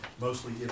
mostly